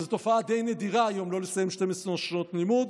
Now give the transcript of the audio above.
וזאת תופעה די נדירה היום, לא לסיים 12 שנות לימוד